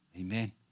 Amen